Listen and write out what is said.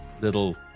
little